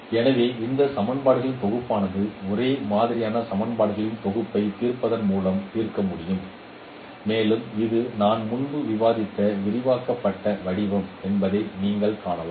எனவே இந்த சமன்பாடுகளின் தொகுப்பானது ஒரே மாதிரியான சமன்பாடுகளின் தொகுப்பைத் தீர்ப்பதன் மூலம் தீர்க்க முடியும் மேலும் இது நான் முன்பு விவரித்த விரிவாக்கப்பட்ட வடிவம் என்பதை நீங்கள் காணலாம்